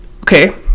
okay